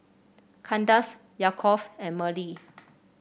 Kandace Yaakov and Merle